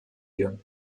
ihr